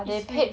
it's free